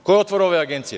Ko je otvarao ove agencije?